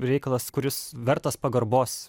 reikalas kuris vertas pagarbos